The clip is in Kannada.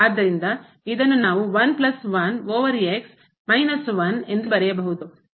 ಆದ್ದರಿಂದ ಇದನ್ನು ನಾವು 1 ಪ್ಲಸ್ 1 over ಮೈನಸ್ 1 ಎಂದು ಬರೆಯಬಹುದು ಮತ್ತು ಮಿತಿ ಹೋದಾಗ